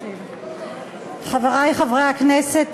חברי חברי הכנסת,